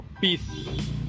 Peace